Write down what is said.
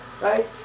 right